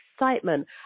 excitement